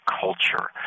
culture